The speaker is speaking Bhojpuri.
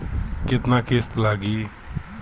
केतना किस्त लागी?